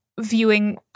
viewing